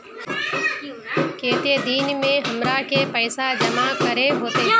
केते दिन में हमरा के पैसा जमा करे होते?